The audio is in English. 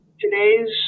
Today's